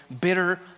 bitter